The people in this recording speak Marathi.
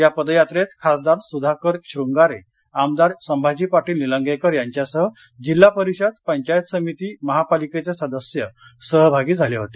या पदयात्रेत खासदार सुधाकर शृंगारे आमदार संभाजी पाटील निलंगेकर यांच्यासह जिल्हा परिषद पंचायत समिती महापालिकेचे सदस्य सहभागी झाले होते